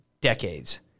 decades